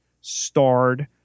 starred